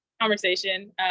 conversation